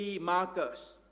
markers